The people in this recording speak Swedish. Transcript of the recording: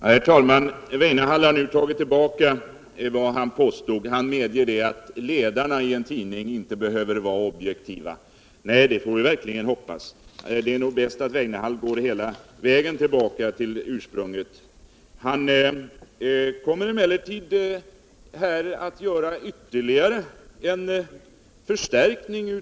Herr talman! Med anledning av Lars Weinehalls frågor till mig vill jag gärna säga att I ljuset av propositionen och vad kulturutskottet nu har sagt — och naturligtvis i takt med de ekonomiska resurserna — har Sveriges Radios styrelse full frihet att genomföra de åtgärder som förutsätts i propositionen.